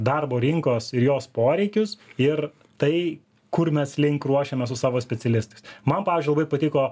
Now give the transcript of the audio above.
darbo rinkos ir jos poreikius ir tai kur mes link ruošiamės su savo specialistais man pavyzdžiui labai patiko